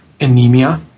anemia